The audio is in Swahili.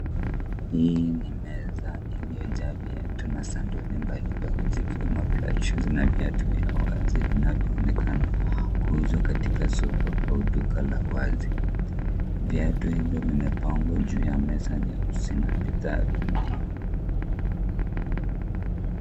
Hii ni meza iliyojaa viatu na sandali mbalimbali zikiwemo flat shoes na viatu vya wazi vinavyoonekana kuuzwa katika soko au duka la wazi. Viatu hivyo vimepangwa juu ya meza nyeusi na bidhaa zingine.